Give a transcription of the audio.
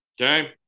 Okay